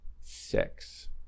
six